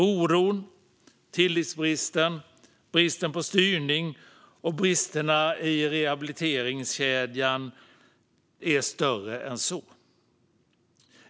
Oron, tillitsbristen, bristen på styrning och bristerna i rehabiliteringskedjan är större än så.